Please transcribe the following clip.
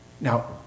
Now